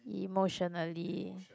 emotionally